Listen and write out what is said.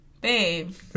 Babe